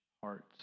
hearts